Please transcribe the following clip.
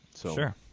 Sure